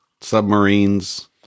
submarines